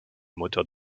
moteur